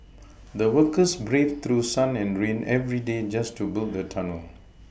the workers braved through sun and rain every day just to build the tunnel